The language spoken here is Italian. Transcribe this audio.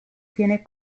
tiene